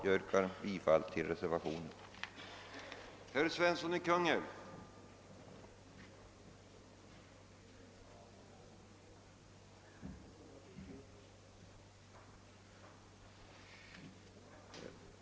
Jag yrkar bifall till reservation 1.